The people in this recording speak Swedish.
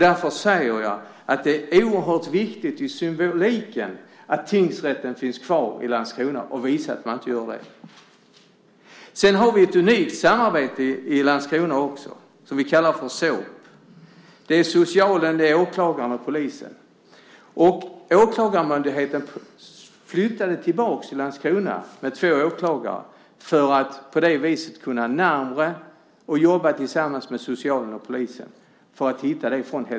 Därför säger jag att det är oerhört viktigt när det gäller symboliken att tingsrätten finns kvar i Landskrona. Vi har också ett unikt samarbete i Landskrona som vi kallar för SÅP. Det är ett samarbete mellan socialen, åklagaren och polisen. Åklagarmyndigheten flyttade tillbaka två åklagare till Landskrona från Helsingborg för att på det viset kunna komma närmare och jobba tillsammans med socialen och polisen.